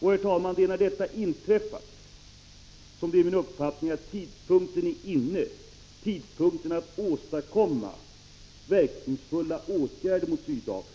Herr talman! När detta nu har inträffat är min uppfattning att tidpunkten är inne för att åstadkomma verkningsfulla åtgärder mot Sydafrika.